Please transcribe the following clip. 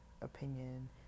opinion